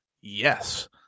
Yes